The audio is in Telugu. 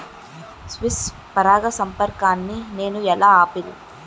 స్వీయ పరాగసంపర్కాన్ని నేను ఎలా ఆపిల్?